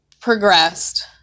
progressed